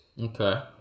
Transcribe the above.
Okay